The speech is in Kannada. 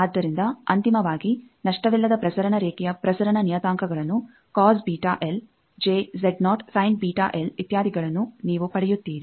ಆದ್ದರಿಂದ ಅಂತಿಮವಾಗಿ ನಷ್ಟವಿಲ್ಲದ ಪ್ರಸರಣ ರೇಖೆಯ ಪ್ರಸರಣ ನಿಯತಾಂಕಗಳನ್ನುಇತ್ಯಾದಿಗಳನ್ನು ನೀವು ಪಡೆಯುತ್ತೀರಿ